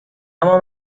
اما